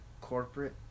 corporate